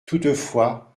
toutefois